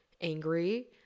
angry